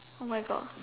oh my God